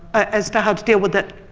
as to how to deal with it.